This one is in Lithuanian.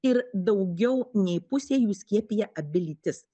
ir daugiau nei pusė jų skiepija abi lytis